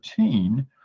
13